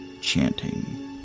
chanting